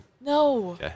no